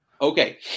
Okay